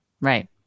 Right